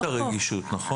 אתם מבינים את הרגישות, נכון?